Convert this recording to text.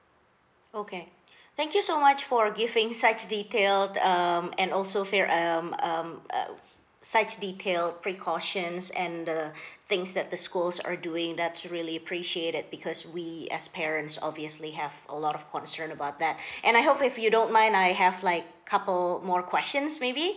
okay thank you so much for giving such detailed um and also for um um uh sites detail precautions and the things that the schools are doing that's really appreciated that because we as parents obviously have a lot of concern about that and I hope if you don't mind I have like couple more questions maybe